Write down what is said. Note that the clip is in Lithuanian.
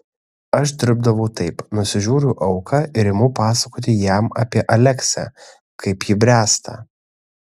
aš dirbdavau taip nusižiūriu auką ir imu pasakoti jam apie aleksę kaip ji bręsta